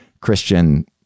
Christian